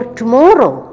tomorrow